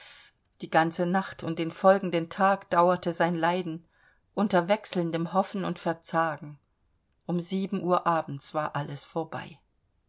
die ganze nacht und den folgenden tag dauerte sein leiden unter wechselndem hoffen und verzagen um sieben uhr abends war alles vorbei